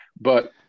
But-